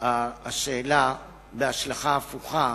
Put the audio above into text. השאלה בהשלכה ההפוכה,